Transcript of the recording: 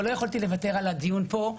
אבל לא יכולתי לוותר על הדיון פה.